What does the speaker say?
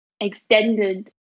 extended